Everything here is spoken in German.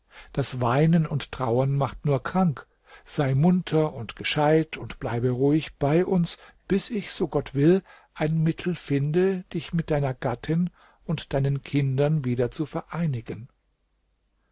das weinen und trauern macht nur krank sei munter und gescheit und bleibe ruhig bei uns bis ich so gott will ein mittel finde dich mit deiner gattin und deinen kindern wieder zu vereinigen